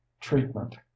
Treatment